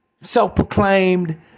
self-proclaimed